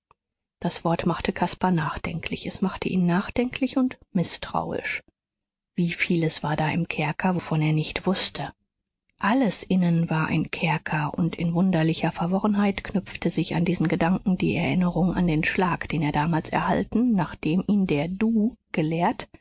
das wort machte caspar nachdenklich es machte ihn nachdenklich und mißtrauisch wie vieles war da im kerker wovon er nicht wußte alles innen war ein kerker und in wunderlicher verworrenheit knüpfte sich an diesen gedanken die erinnerung an den schlag den er damals erhalten nachdem ihn der du gelehrt